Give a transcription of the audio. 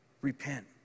repent